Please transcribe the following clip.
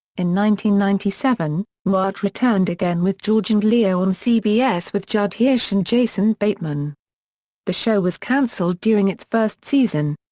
ninety ninety seven, newhart returned again with george and leo on cbs with judd hirsch and jason bateman the show was canceled during its first season.